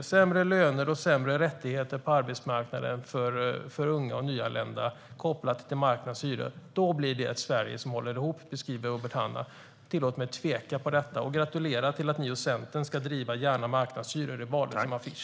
sämre löner och sämre rättigheter på arbetsmarknaden för unga och nyanlända kopplat till marknadshyror. Då blir det ett Sverige som håller ihop, beskriver Robert Hannah. Tillåt mig tveka om det och gratulera till att ni och Centern ska driva "Gärna marknadshyror" i valet som affisch.